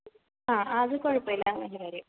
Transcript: ആ അത് കുഴപ്പമില്ല അത് നല്ല കാര്യം